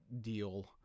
deal